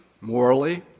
morally